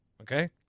Okay